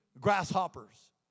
grasshoppers